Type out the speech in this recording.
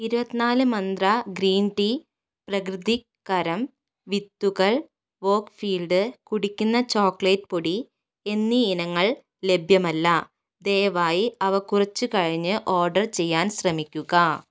ഇരുപത്തിനാല് മന്ത്രാ green tea പ്രകൃതിക് കരം വിത്തുകൾ വോക്ക്ഫീൽഡ് കുടിക്കുന്ന ചോക്ലേറ്റ് പൊടി എന്നീ ഇനങ്ങൾ ലഭ്യമല്ല ദയവായി അവ കുറച്ചു കഴിഞ്ഞു ഓഡർ ചെയ്യാൻ ശ്രമിക്കുക